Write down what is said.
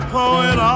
poet